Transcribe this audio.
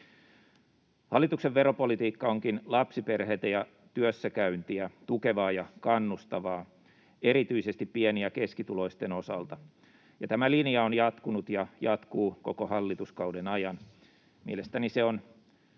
Hallituksen veropolitiikka onkin lapsiperheitä ja työssäkäyntiä tukevaa ja kannustavaa erityisesti pieni- ja keskituloisten osalta, ja tämä linja on jatkunut ja jatkuu koko hallituskauden ajan. Mielestäni se on